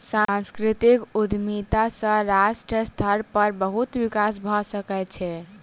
सांस्कृतिक उद्यमिता सॅ राष्ट्रीय स्तर पर बहुत विकास भ सकै छै